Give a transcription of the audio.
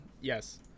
yes